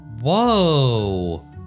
Whoa